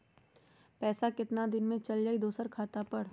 पैसा कितना दिन में चल जाई दुसर खाता पर?